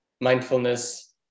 mindfulness